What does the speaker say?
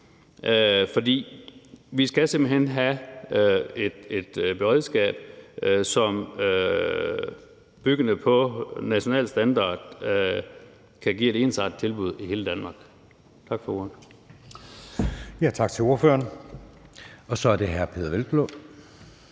2022. Vi skal simpelt hen have et beredskab, som bygger på nationale standarder, og som kan give et ensartet tilbud i hele Danmark. Tak for ordet.